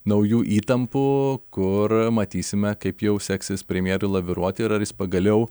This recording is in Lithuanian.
naujų įtampų kur matysime kaip jau seksis premjerui laviruoti ir ar jis pagaliau